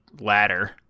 ladder